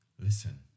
Listen